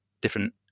different